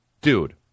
dude